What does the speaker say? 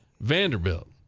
Vanderbilt